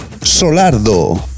Solardo